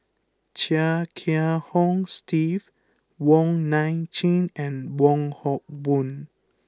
Chia Kiah Hong Steve Wong Nai Chin and Wong Hock Boon